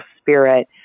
spirit